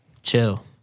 Chill